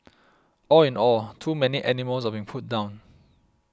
all in all too many animals are being put down